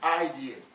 idea